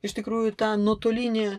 iš tikrųjų tą nuotolinį